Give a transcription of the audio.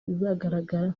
zizagaragara